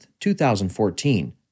2014